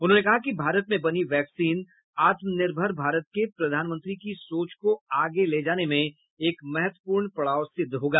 उन्होंने कहा कि भारत में बनी वैक्सीन आत्मनिर्भर भारत के प्रधानमंत्री की सोच को आगे ले जाने में एक महत्वपूर्ण पड़ाव सिद्ध होगा